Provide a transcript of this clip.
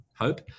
hope